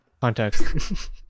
context